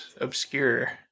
obscure